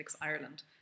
Ireland